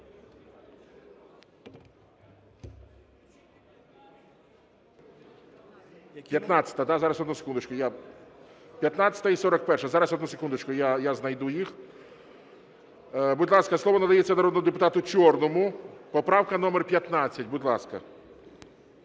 15-а. Зараз, одну секундочку, я... 15-а і 41-а. Зараз, одну секундочку, я знайду їх. Будь ласка, слово надається народному депутату Чорному. Поправка номер 15. Будь ласка.